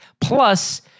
Plus